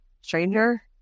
stranger